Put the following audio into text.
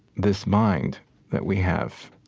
this mind that we have.